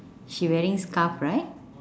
she wearing scarf right